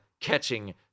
catching